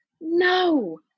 no